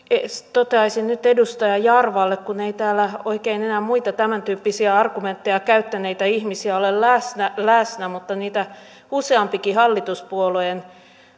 toteaisin seuraavaa nyt edustaja jarvalle kun ei täällä oikein enää muita tämäntyyppisiä argumentteja käyttäneitä ihmisiä ole läsnä läsnä mutta niitä useampikin hallituspuolueen